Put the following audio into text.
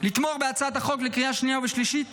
לתמוך בהצעת החוק בקריאה שנייה ושלישית